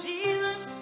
Jesus